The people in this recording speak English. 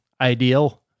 ideal